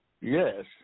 Yes